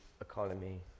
economy